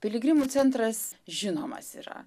piligrimų centras žinomas yra